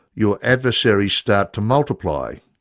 your adversaries start to multiply